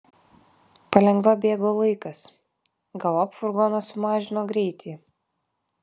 palengva bėgo laikas galop furgonas sumažino greitį